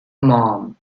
mum